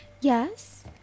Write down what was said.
Yes